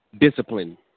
discipline